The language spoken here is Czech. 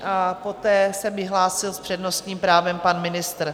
A poté se mi hlásil s přednostním právem pan ministr.